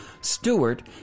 Stewart